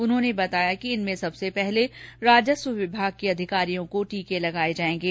उन्होंने बताया कि इनमें सबसे पहले राजस्व विभाग के अधिकारियों को टीके लगाये जायेंगे